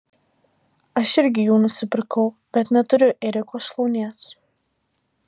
aš irgi jų nusipirkau bet neturiu ėriuko šlaunies